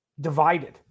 divided